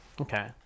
Okay